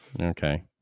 okay